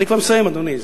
אני כבר מסיים, אדוני.